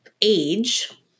age